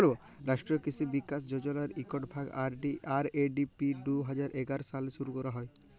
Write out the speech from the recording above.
রাষ্ট্রীয় কিসি বিকাশ যজলার ইকট ভাগ, আর.এ.ডি.পি দু হাজার এগার সালে শুরু ক্যরা হ্যয়